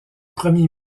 premier